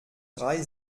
drei